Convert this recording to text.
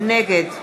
נגד